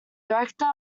director